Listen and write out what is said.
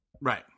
Right